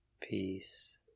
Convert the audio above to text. Peace